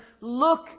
look